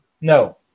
No